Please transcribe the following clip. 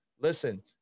listen